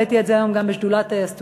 העליתי את זה היום גם בשדולת הסטודנטים,